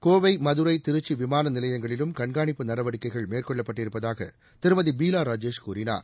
கோவை மகுரை திருச்சி விமான நிலையங்களிலும் கண்காணிப்பு நடவடிக்கைகள் மேற்கொள்ளப்பட்டிருப்பதாக திருமதி பீலா ராஜேஷ் கூறினார்